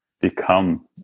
become